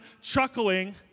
chuckling